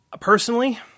personally